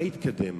מה התקדם?